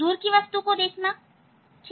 दूर की वस्तु को देखना ठीक है